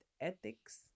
ethics